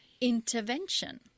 intervention